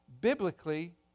Biblically